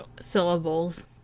syllables